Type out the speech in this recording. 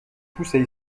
poussent